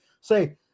say